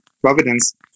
Providence